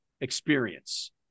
experience